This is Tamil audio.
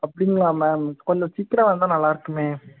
அப்படிங்களா மேம் கொஞ்சம் சீக்கிரம் வந்தால் நல்லாயிருக்குமே